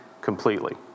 completely